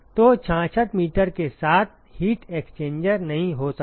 तो 66 मीटर के साथ हीट एक्सचेंजर नहीं हो सकता